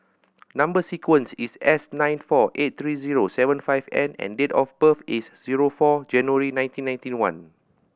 number sequence is S nine four eight three zero seven five N and date of birth is zero four January nineteen ninety one